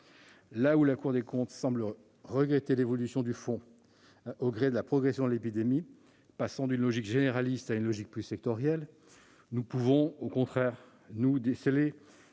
Là où la Cour semble regretter l'évolution du fonds au gré de la progression de l'épidémie, passant d'une logique généraliste à une logique plus sectorielle, nous pouvons au contraire y déceler